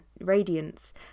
radiance